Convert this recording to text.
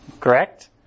Correct